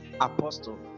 apostle